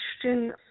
question